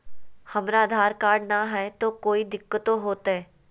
हमरा आधार कार्ड न हय, तो कोइ दिकतो हो तय?